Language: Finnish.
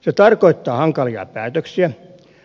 se tarkoittaa hankalia päätöksiä